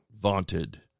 vaunted